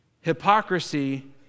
Hypocrisy